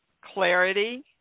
clarity